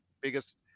biggest